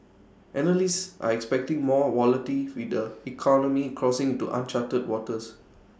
analysts are expecting more volatility with the economy crossing into uncharted waters